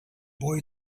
boy